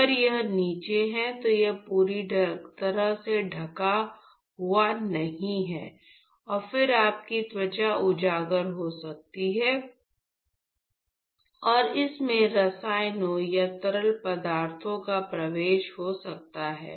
अगर यह नीचे है तो यह पूरी तरह से ढका हुआ नहीं है और फिर आपकी त्वचा उजागर हो सकती है और इसमें रसायनों या तरल पदार्थों का प्रवेश हो सकता है